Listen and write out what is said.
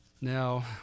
Now